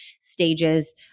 stages